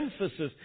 emphasis